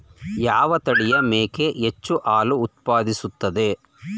ಯಾವ ತಳಿಯ ಮೇಕೆ ಹೆಚ್ಚು ಹಾಲು ಉತ್ಪಾದಿಸುತ್ತದೆ?